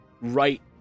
right